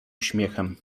uśmiechem